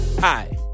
Hi